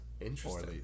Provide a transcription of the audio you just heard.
Interesting